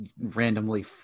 randomly